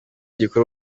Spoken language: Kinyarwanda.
gikora